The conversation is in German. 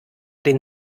den